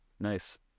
Nice